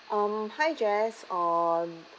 um hi jess um